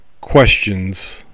questions